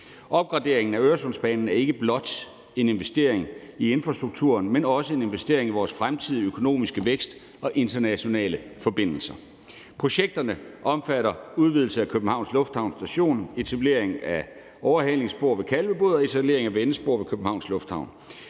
Opgraderingen af Øresundsbanen er ikke blot en investering i infrastrukturen, men også en investering i vores fremtidige økonomiske vækst og internationale forbindelser. Projekterne omfatter udvidelse af Københavns Lufthavn Station, etablering af overhalingsspor ved Kalvebod og etablering af vendespor ved Københavns Lufthavn.